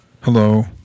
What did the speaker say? hello